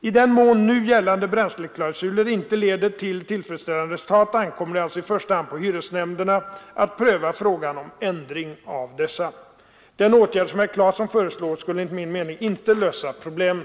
I den mån nu gällande bränsleklausuler inte leder till tillfredsställande resultat ankommer det alltså i första hand på hyresnämnderna att pröva frågan om ändring av dessa. Den åtgärd som herr Claeson föreslår skulle enligt min mening inte lösa problemen.